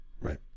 right